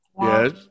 Yes